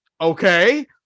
okay